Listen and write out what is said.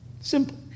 Simple